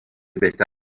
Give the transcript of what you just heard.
بهتر